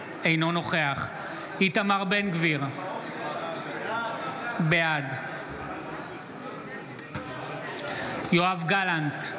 אינו נוכח איתמר בן גביר, בעד יואב גלנט,